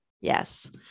yes